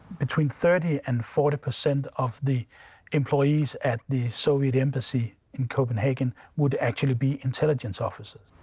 between thirty and forty percent of the employees at the soviet embassy in copenhagen would actually be intelligence officers.